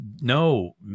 no